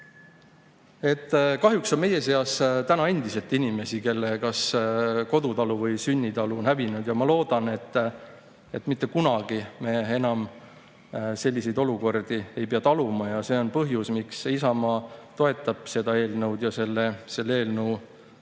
Kahjuks on meie seas endiselt inimesi, kelle kas kodutalu või sünnitalu on hävinud. Ma loodan, et me mitte kunagi enam selliseid olukordi ei pea taluma. See on põhjus, miks Isamaa toetab seda eelnõu ja selle eelnõu